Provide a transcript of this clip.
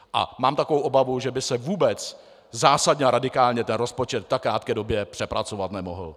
A mám takovou obavu, že by se vůbec zásadně a radikálně rozpočet v tak krátké době přepracovat nemohl.